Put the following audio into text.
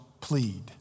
plead